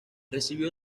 recibió